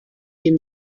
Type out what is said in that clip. dem